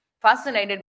fascinated